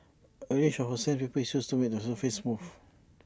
A range of sandpaper is used to make the surface smooth